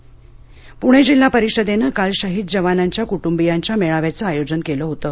दीपक म्हैसेकर पुणे जिल्हा परिषदेनं काल शहीद जवानांच्या कुटुंबीयांच्या मेळाव्याचं आयोजन केलं होतं